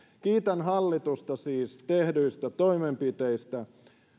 kiitän hallitusta siis tehdyistä toimenpiteistä